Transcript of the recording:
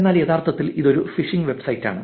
എന്നാൽ യഥാർത്ഥത്തിൽ ഇതൊരു ഫിഷിംഗ് വെബ്സൈറ്റാണ്